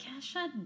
Kesha